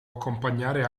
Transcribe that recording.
accompagnare